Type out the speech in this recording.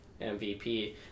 MVP